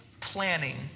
planning